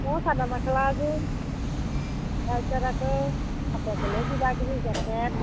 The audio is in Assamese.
মই চাদৰ মাখেলা এযোৰ তাৰপিছত আকৌ বাপেকলৈও কিবা কিবি জেকেট